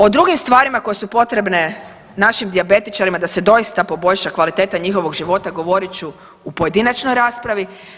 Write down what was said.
O drugim stvarima koje su potrebne našim dijabetičarima da se doista poboljša kvaliteta njihovog života govorit ću u pojedinačnoj raspravi.